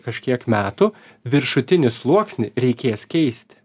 kažkiek metų viršutinį sluoksnį reikės keisti